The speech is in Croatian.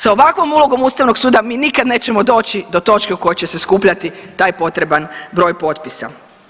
S ovakvom ulogom Ustavnog suda mi nikad nećemo doći do točke u kojoj će se skupljati taj potreban broj potpisa.